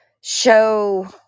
show